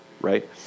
right